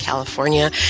California